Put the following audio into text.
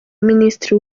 minisitiri